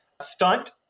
stunt